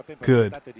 Good